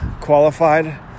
qualified